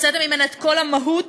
הוצאתם ממנה את כל המהות,